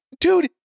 dude